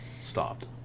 stopped